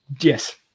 yes